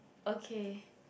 okay